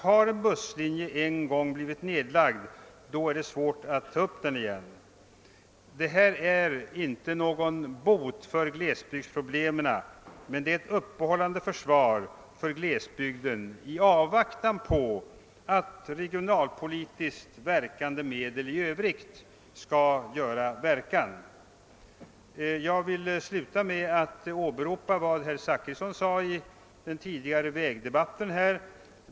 Har en busslinje en gång blivit nedlagd, är det nämligen svårt att ta upp den igen. Detta är inte någon bot för glesbygdsproblemen, men det är åtminstone ett uppehållande försvar för glesbygden i avvaktan på att regionalpolitiskt verkande medel i övrigt skall göra verkan. Jag vill sluta med att åberopa vad herr Zachrisson sade i den tidigare vägdebatten här.